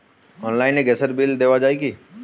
অনলাইনে গ্যাসের বিল দেওয়া যায় কি?